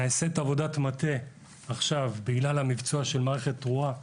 נעשית עכשיו עבודה מטה בגלל המיבצוע של מערכת תרועה,